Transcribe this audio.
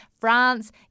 France